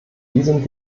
diesem